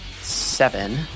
seven